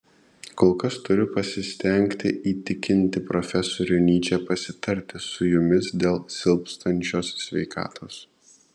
kol kas turiu pasistengti įtikinti profesorių nyčę pasitarti su jumis dėl silpstančios sveikatos